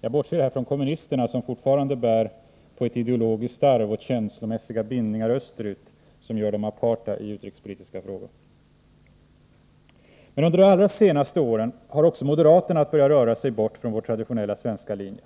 Jag bortser här från kommunisterna, som fortfarande bär på ett ideologiskt arv och känslomässiga bindningar österut, vilket gör dem aparta i utrikespolitiska frågor. Men under de allra senaste åren har också moderaterna börjat röra sig bort från vår traditionella svenska linje.